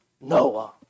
Noah